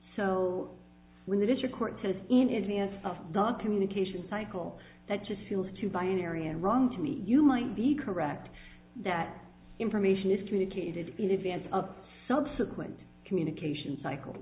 so when the district court says in advance of the communication cycle that just feels too by an area and wrong to me you might be correct that information is communicated in advance of subsequent communication cycle